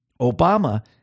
Obama